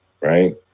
right